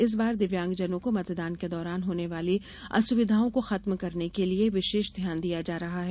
इस बार दिव्यांगजनों को मतदान के दौरान होने वाली असुविधाओं को खत्म करने के लिये विशेष ध्यान दिया जा रहा है